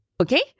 Okay